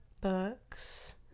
books